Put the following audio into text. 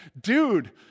dude